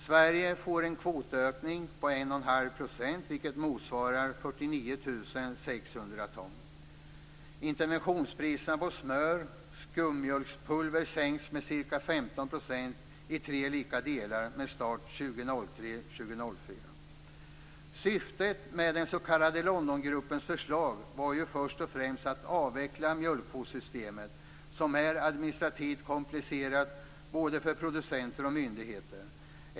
Sverige får en kvotökning på Syftet med den s.k. Londongruppens förslag var först och främst att avveckla mjölkkvotssystemet, som är administrativt komplicerat både för producenter och myndigheter.